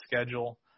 schedule